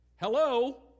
Hello